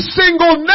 single